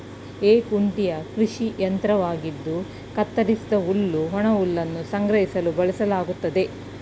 ಹೇ ಕುಂಟೆಯು ಕೃಷಿ ಯಂತ್ರವಾಗಿದ್ದು ಕತ್ತರಿಸಿದ ಹುಲ್ಲು ಒಣಹುಲ್ಲನ್ನು ಸಂಗ್ರಹಿಸಲು ಬಳಸಲಾಗ್ತದೆ